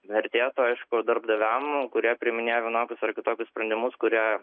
vertėtų aišku darbdaviam kurie priiminėja vienokius ar kitokius sprendimus kurie